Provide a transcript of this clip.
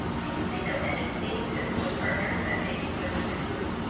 can you think of any atypical partners that may be good to include?